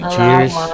Cheers